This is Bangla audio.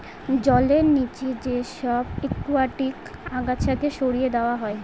জলের নিচে যে সব একুয়াটিক আগাছাকে সরিয়ে দেওয়া হয়